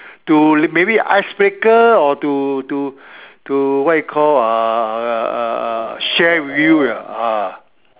to maybe icebreaker or to to to what you call uh share with you ah